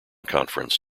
conference